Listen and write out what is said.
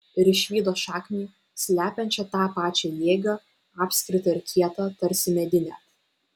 ir išvydo šaknį slepiančią tą pačią jėgą apskritą ir kietą tarsi medinę